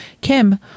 Kim